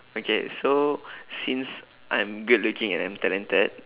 okay so since I'm good looking and I'm talented